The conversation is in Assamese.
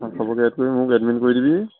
অঁ চবক এড কৰি মোক এডমিন কৰি দিবি